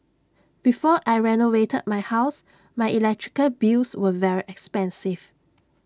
before I renovated my house my electrical bills were very expensive